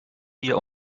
hier